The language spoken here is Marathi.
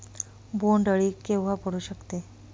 बोंड अळी केव्हा पडू शकते?